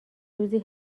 روزی